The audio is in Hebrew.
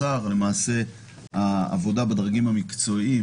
העבודה בדרגים המקצועיים